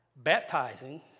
Baptizing